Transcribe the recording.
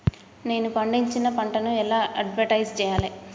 నేను పండించిన పంటను ఎలా అడ్వటైస్ చెయ్యాలే?